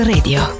Radio